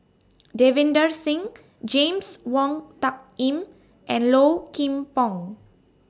Davinder Singh James Wong Tuck Yim and Low Kim Pong